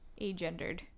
agendered